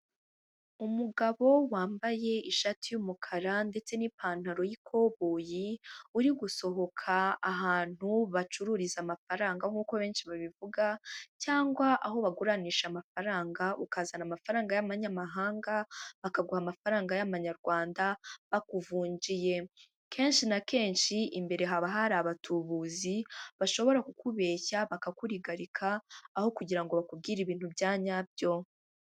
Umugabo wambaye ishati y'umukara ndetse n'ipantaro y'ikoboyi uri gusohoka ahantu bacururiza amafaranga nkuko benshi babivuga cyangwa aho baguranisha amafaranga ukazana amafaranga y'amanyamahanga bakaguha amafaranga y'amanyarwanda bakuvunjiye. Kenshi na kenshi imbere haba hari abatubuzi bashobora kukubeshya bakakurigarika aho kugira bakubwire ibintu bya nyabyo.